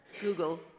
Google